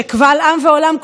שקבל עם ועולם,